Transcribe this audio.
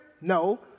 No